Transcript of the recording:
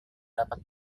dapat